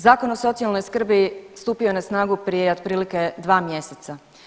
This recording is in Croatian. Zakon o socijalnoj skrbi stupio je na snagu prije otprilike 2 mjeseca.